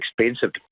expensive